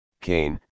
Cain